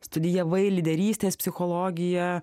studijavai lyderystės psichologiją